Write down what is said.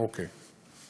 אוקיי.